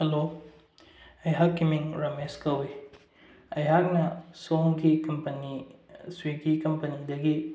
hello ꯑꯩꯍꯥꯛꯀꯤ ꯃꯤꯡ ꯔꯃꯦꯁ ꯀꯧꯏ ꯑꯩꯍꯥꯛꯅ ꯁꯣꯝꯒꯤ ꯀꯝꯄꯅꯤ ꯁ꯭ꯋꯤꯒꯤ ꯀꯝꯄꯅꯤꯗꯒꯤ